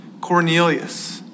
Cornelius